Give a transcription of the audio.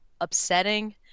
upsetting